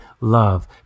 love